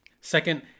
Second